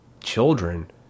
children